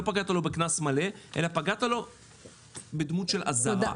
לא פגעת לו בקנס מלא אלא פגעת לו בדמות של אזהרה.